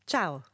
Ciao